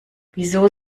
wieso